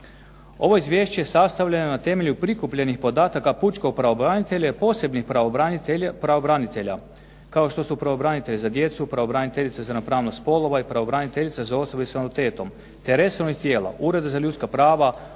Ovo izvješće sastavljeno je na temelju prikupljenih podataka pučkog pravobranitelja i posebnih pravobranitelja, kao što su pravobranitelji za djecu, pravobraniteljica za ravnopravnost spolova i pravobraniteljica za osobe s invaliditetom te resornih tijela, Ureda za ljudska prava,